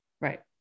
right